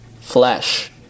flesh